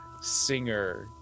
singer